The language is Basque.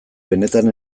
benetan